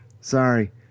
sorry